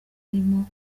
arimo